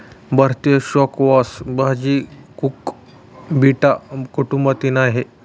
भारतीय स्क्वॅश भाजी कुकुबिटा कुटुंबातील आहे